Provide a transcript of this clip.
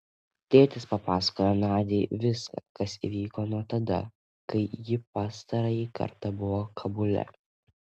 tėtis papasakojo nadiai viską kas įvyko nuo tada kai ji pastarąjį kartą buvo kabule